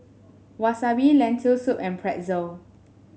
Wasabi Lentil Soup and Pretzel